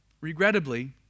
Regrettably